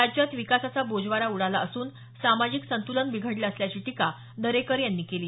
राज्यात विकासाचा बोजवारा उडाला असून सामाजिक संतुलन बिघडलं असल्याची टीका दरेकर यांनी केली